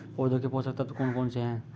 पौधों के पोषक तत्व कौन कौन से हैं?